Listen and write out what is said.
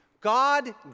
God